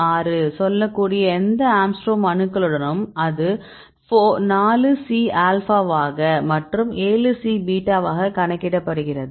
6 சொல்லக்கூடிய எந்த ஆங்ஸ்ட்ரோம் அணுக்களுடனும் அது 4 C ஆல்பாவாக மற்றும் 7 C பீட்டாவாக கணக்கிடப்படுகிறது